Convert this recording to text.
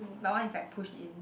my one is like pushed in